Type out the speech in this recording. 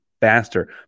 faster